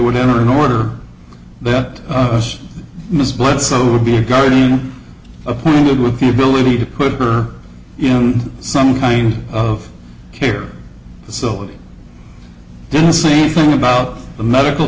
would enter an order that ms bledsoe would be a guardian appointed with the ability to put her on some kind of care facility i didn't see anything about the medical